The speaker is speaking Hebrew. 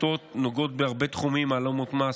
הכתות נוגעת בהרבה תחומים: העלמות מס,